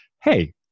Hey